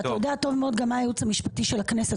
אתה יודע טוב מאוד גם מה הייעוץ המשפטי של הכנסת